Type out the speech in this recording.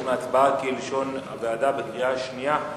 עוברים להצבעה בקריאה שנייה,